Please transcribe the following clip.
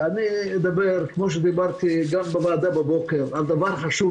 אני אדבר כמו שדיברתי בישיבת הוועדה הבוקר על הדבר החשוב